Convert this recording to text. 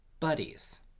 Buddies